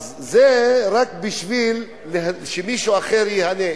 אז, זה רק בשביל שמישהו אחר ייהנה.